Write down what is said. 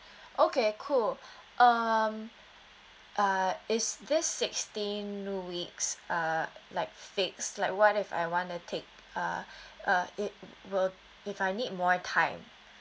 okay cool um uh is this sixteen weeks are like fix like what if I wanna take uh uh it will if I need more time